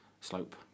slope